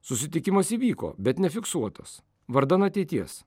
susitikimas įvyko bet nefiksuotas vardan ateities